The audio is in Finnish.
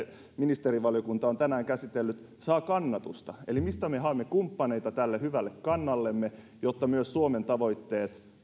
ministerivaliokunta on tänään käsitellyt saa kannatusta eli mistä me haemme kumppaneita tälle hyvälle kannallemme jotta myös suomen tavoitteet